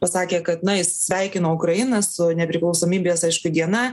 pasakė kad na jis sveikina ukrainą su nepriklausomybės diena